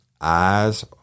eyes